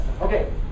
Okay